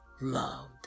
loved